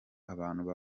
abantu